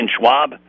Schwab